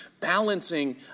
balancing